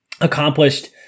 Accomplished